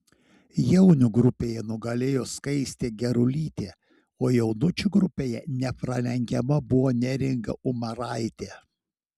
jaunių grupėje nugalėjo skaistė gerulytė o jaunučių grupėje nepralenkiama buvo neringa umaraitė